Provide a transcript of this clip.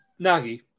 Nagi